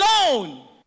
alone